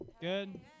Good